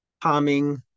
calming